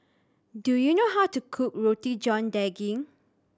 do you know how to cook Roti John Daging